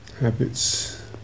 habits